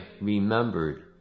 remembered